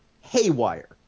haywire